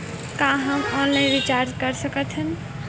का हम online recharge कर सकत हन?